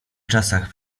czasach